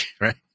right